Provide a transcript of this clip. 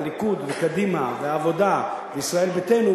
הליכוד וקדימה והעבודה וישראל ביתנו,